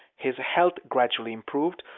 his health gradually improved,